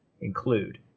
include